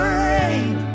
rain